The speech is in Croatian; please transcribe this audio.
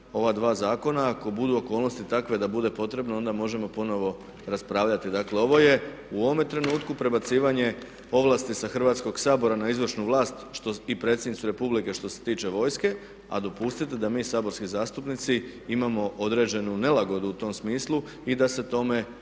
ova dva zakona. A ako budu okolnosti takve da bude potrebno, onda možemo ponovo raspravljati. Dakle, ovo je u ovome trenutku prebacivanje ovlasti sa Hrvatskog sabora na izvršnu vlast i predsjednicu Republike što se tiče vojske, a dopustite da mi saborski zastupnici imamo određenu nelagodu u tom smislu i da se tome u ovom